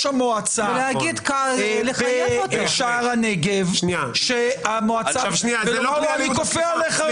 המועצה בשער הנגב ולומר לו: אני כופה עליך.